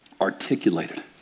articulated